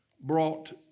brought